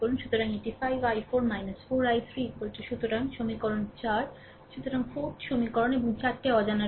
সুতরাং এটি 5 i4 4 I3 সুতরাং সমীকরণ 4 সুতরাং 4 সমীকরণ এবং 4 অজানা আছে